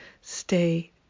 Stay